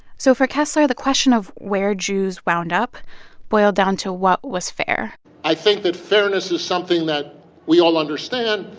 so for kessler, the question of where jews wound up boiled down to what was fair i think that fairness is something that we all understand.